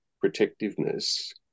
protectiveness